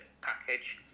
Package